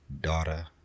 daughter